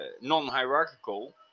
non-hierarchical